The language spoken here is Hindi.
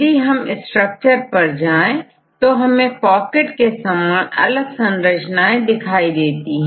यदि हम स्ट्रक्चर पर जाएं तो हमें पॉकेट के समान अलग संरचनाएं दिखाई देती हैं